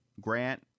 Grant